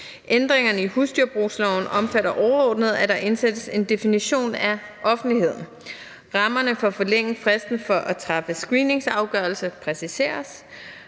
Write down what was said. Ændringerne i husdyrbrugloven omfatter overordnet, at der indsættes en definition af offentligheden. Rammerne for at forlænge fristen for at træffe screeningsafgørelse præciseres,